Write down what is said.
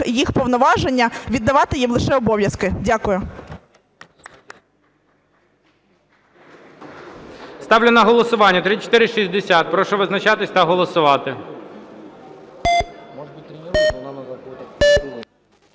їх повноваження, віддавати їм лише обов'язки. Дякую.